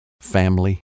family